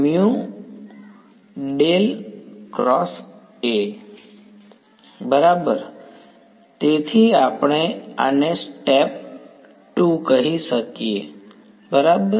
વિદ્યાર્થી તેથી આપણે આને સ્ટેપ 2 કહી શકીએ બરાબર